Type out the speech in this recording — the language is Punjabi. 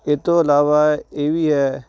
ਇਹ ਤੋਂ ਇਲਾਵਾ ਇਹ ਵੀ ਹੈ